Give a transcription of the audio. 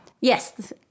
Yes